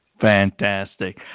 Fantastic